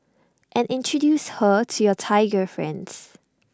and introduce her to your Thai girlfriends